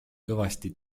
kõvasti